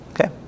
Okay